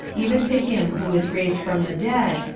even to him who is raised from the dead,